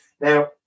Now